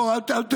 בוא, אל תערבב.